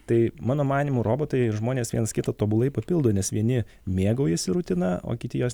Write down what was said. tai mano manymu robotai ir žmonės vienas kitą tobulai papildo nes vieni mėgaujasi rutina o kiti jos